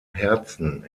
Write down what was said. herzen